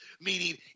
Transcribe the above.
meaning